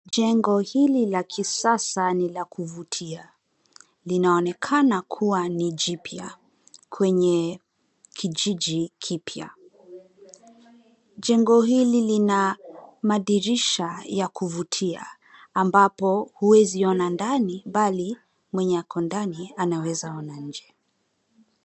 Jengo hili la kisasa ni la kuvutia. Linaonekana kuwa ni jipya kwenye kijiji kipya. Jengo hili lina madirisha ya kuvutia ambapo huwezi ona ndani bali mwenye ako ndani anaweza ona nje.